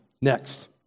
next